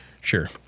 sure